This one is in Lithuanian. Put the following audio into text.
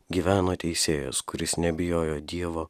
gyveno teisėjas kuris nebijojo dievo